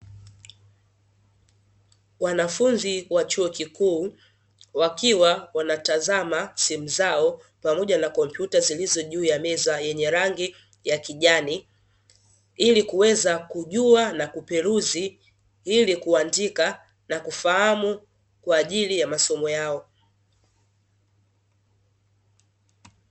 Wanafunzi wa chuo kikuu, wakiwa wanatazama simu zao pamoja na kompyuta zilizo juu ya meza yenye rangi ya kijani, ili kuweza kujua na kuperuzi ili kuandika na kufahamu kwa ajili ya masomo yao.